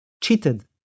cheated